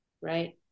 right